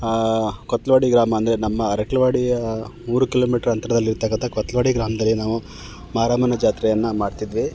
ಕೊತ್ಲವಾಡಿ ಗ್ರಾಮ ಅಂದರೆ ನಮ್ಮ ಅರ್ಕಲ್ವಾಡಿಯ ಮೂರು ಕಿಲೋಮೀಟರ್ ಅಂತರದಲ್ಲಿ ಇರತಕ್ಕಂಥ ಕೊತ್ಲವಾಡಿ ಗ್ರಾಮದಲ್ಲಿ ನಾವು ಮಾರಮ್ಮನ ಜಾತ್ರೆಯನ್ನು ಮಾಡ್ತಿದ್ವಿ